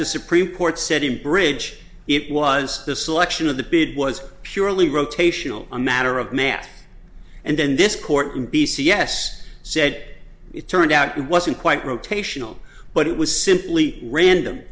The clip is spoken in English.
the supreme court said in bridge it was the selection of the bid was purely rotational a matter of math and then this court in b c yes said it turned out it wasn't quite rotational but it was simply random